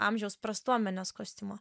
amžiaus prastuomenės kostiumo